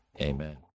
amen